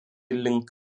link